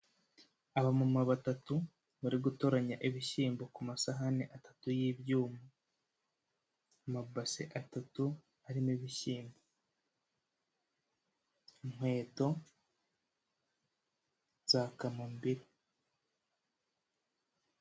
Aba mama batatu bari gutoranya ibishyimbo, ku masahani atatu y'ibyuma. Amabase atatu arimo ibishyimbo, inkweto za kamambiri.